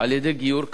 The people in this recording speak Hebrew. על-ידי גיור כהלכה.